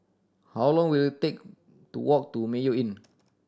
how long will it take to walk to Mayo Inn